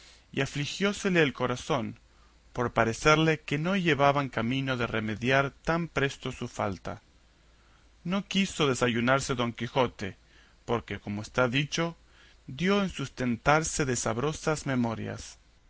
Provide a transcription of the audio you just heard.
y afligiósele el corazón por parecerle que no llevaban camino de remediar tan presto su falta no quiso desayunarse don quijote porque como está dicho dio en sustentarse de sabrosas memorias